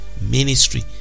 ministry